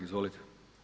Izvolite.